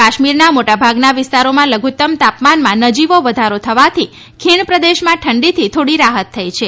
કાશ્મીરના મોટા ભાગના વિસ્તારોમાં લધુત્તમ તાપમાનમાં નજીવો વધારો થવાથી ખીણ પ્રદેશમાં ઠંડીથી થોડી રાહત થઇ છે